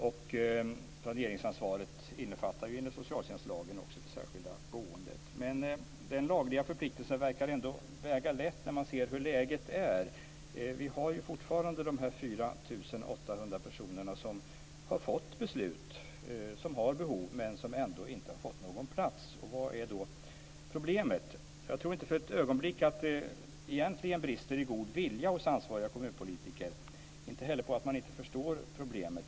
Planeringsansvaret innefattar enligt socialtjänstlagen också det särskilda boendet. Den lagliga förpliktelsen verkar ändå väga lätt när man ser hur läget är. Vi har fortfarande 4 800 personer som har behov och har fått beslut men som ändå inte har fått någon plats. Vad är problemet? Jag tror inte för ett ögonblick att det brister i god vilja hos ansvariga kommunpolitiker och inte heller på att man inte förstår problemet.